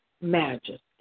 majesty